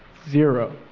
zero.